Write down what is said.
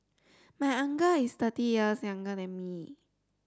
my uncle is thirty years younger than me